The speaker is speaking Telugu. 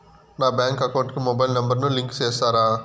నా బ్యాంకు అకౌంట్ కు మొబైల్ నెంబర్ ను లింకు చేస్తారా?